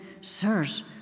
Sirs